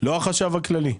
זה החשב הכללי.